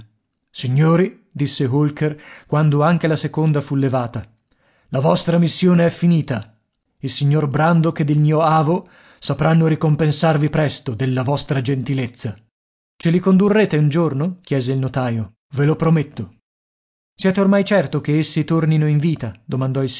signori disse holker quando anche la seconda fu levata la vostra missione è finita il signor brandok ed il mio avo sapranno ricompensarvi presto della vostra gentilezza ce li condurrete un giorno chiese il notaio ve lo prometto siete ormai certo che essi tornino in vita domandò